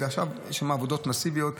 עכשיו יש שם עבודות מסיביות,